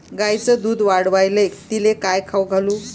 गायीचं दुध वाढवायले तिले काय खाऊ घालू?